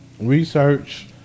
research